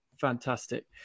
Fantastic